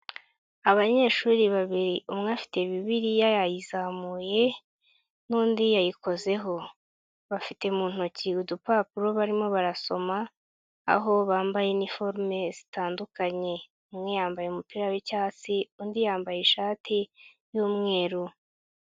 Abanyeshuri babiri umwe afite Bibiliya yayizamuye n'undi yayikozeho, bafite mu ntoki udupapuro barimo barasoma aho bambaye iniforume zitandukanye, umwe yambaye umupira w'icyatsi undi yambaye ishati y'umweru.